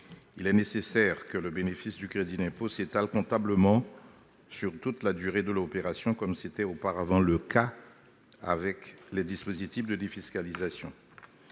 il est nécessaire que le bénéfice du crédit d'impôt s'étale comptablement sur toute la durée de l'opération, comme c'était auparavant le cas avec les dispositifs de défiscalisation.